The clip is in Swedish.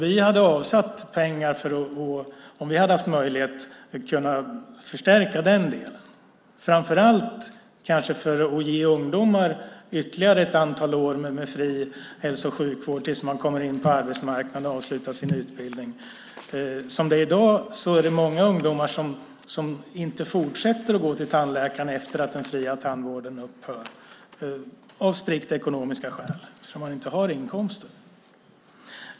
Vi hade avsatt pengar för att, om vi hade haft möjlighet, kunna förstärka den delen, framför allt kanske för att ge ungdomar ytterligare ett antal år med fri hälso och sjukvård tills de kommer in på arbetsmarknaden och avslutar sin utbildning. Som det är i dag är det många ungdomar som inte fortsätter att gå till tandläkaren efter att den fria tandvården upphör av strikt ekonomiska skäl eftersom man inte har inkomsten.